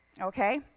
Okay